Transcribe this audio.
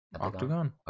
octagon